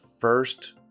first